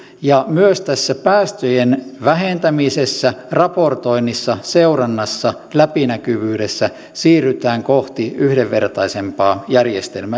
ja myös tässä päästöjen vähentämisessä raportoinnissa seurannassa läpinäkyvyydessä siirrytään kohti yhdenvertaisempaa järjestelmää